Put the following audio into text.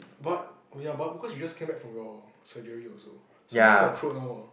but oh ya but of course he just came back from your surgery also so how is the code now